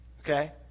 okay